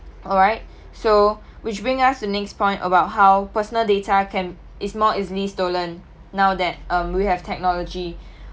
alright so which bring us the next point about how personal data can is more easily stolen now that um we have technology